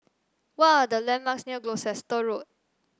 what are the landmarks near Gloucester Road